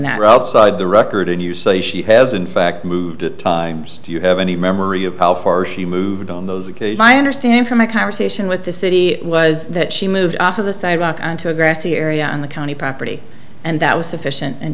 that outside the record and you say she has in fact moved to times do you have any memory of how far she moved on those occasions i understand from my conversation with the city was that she moved off of the sidewalk onto a grassy area on the county property and that was sufficient and